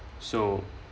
so